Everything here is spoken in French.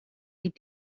est